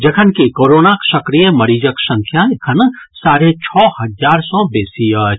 जखनकि कोरोनाक सक्रिय मरीजक संख्या एखन साढ़े छओ हजार सॅ बेसी अछि